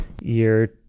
year